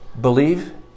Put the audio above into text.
believe